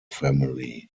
family